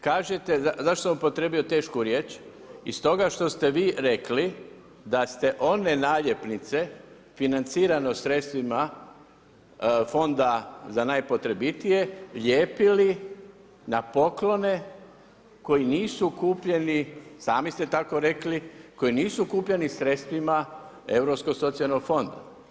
Kažete, zašto sam upotrijebio tešku riječ, iz toga što ste vi rekli da ste one naljepnice financirano sredstvima Fonda za najpotrebitije lijepili na poklone koji nisu kupljeni, sami ste tako rekli, koji nisu kupljeni sredstvima Europskog socijalnog fonda.